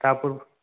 ତା ପୂର୍ବ